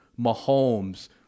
Mahomes